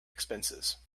expenses